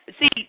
see